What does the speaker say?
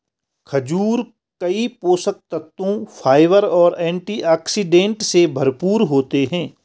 खजूर कई पोषक तत्वों, फाइबर और एंटीऑक्सीडेंट से भरपूर होते हैं